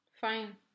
Fine